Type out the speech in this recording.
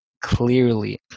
clearly